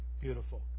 beautiful